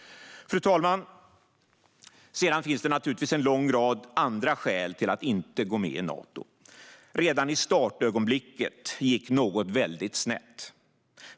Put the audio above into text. Fru talman! Det finns naturligtvis en lång rad andra skäl till att inte gå med i Nato. Redan i startögonblicket gick något väldigt snett.